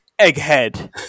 Egghead